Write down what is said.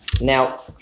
Now